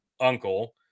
uncle